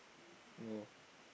no